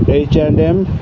H and M